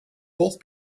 both